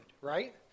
right